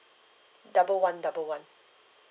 double one double one